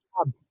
job